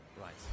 Right